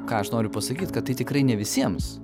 ką aš noriu pasakyt kad tai tikrai ne visiems